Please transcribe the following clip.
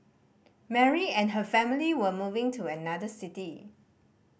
Mary and her family were moving to another city